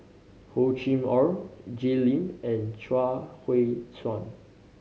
Hor Chim Or Jay Lim and Chuang Hui Tsuan